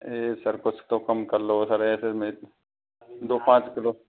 ए sir कुछ तो कम कर लो सर ऐसे में दो पाँच किलो